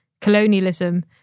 colonialism